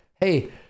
hey